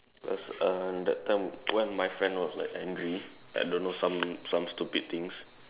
uh that time when my friend was like angry I don't know some some stupid things